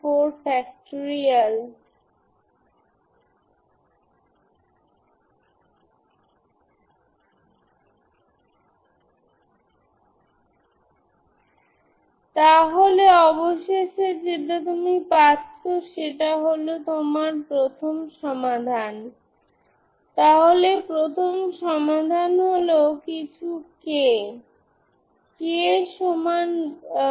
সুতরাং আপনার অবশেষে যা আছে সমস্ত 3 টি কেস পসিটিভ λ 0 λ 2 আপনার ইগেনভ্যালুস এবং ইগেনফাংশন্স আছে